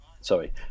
Sorry